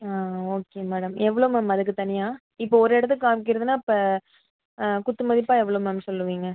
ஆ okay madam எவ்வளோ ma'am அதுக்கு தனியாக இப்போ ஒரு இடத்த காமிக்கிறதுன்னால் இப்போ குத்துமதிப்பாக எவ்வளோ மேம் சொல்லுவீங்க